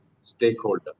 stakeholder